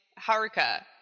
Haruka